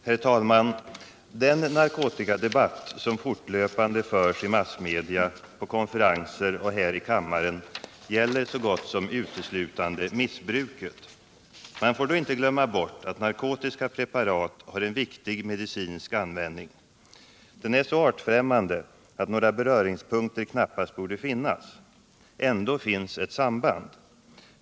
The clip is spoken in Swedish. Herr talman! Den narkotikadebatt som fortlöpande förs i massmedia, på konferenser och här i kammaren gäller så gott som uteslutande missbruket. Man får då inte glömma bort att narkotiska preparat har en viktig medicinsk användning. Den är så artfrämmande att några beröringspunkter knappast borde finnas. Ändå finns ett samband.